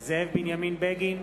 זאב בנימין בגין,